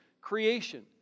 creation